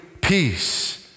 Peace